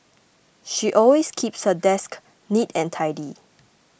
she always keeps her desk neat and tidy